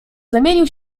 zamienił